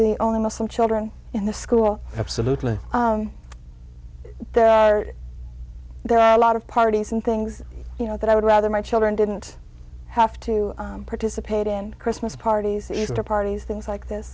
the only muslim children in the school absolutely there are there are a lot of parties and things you know that i would rather my children didn't have to participate in christmas parties or parties things like this